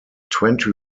twenty